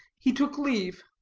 he took leave,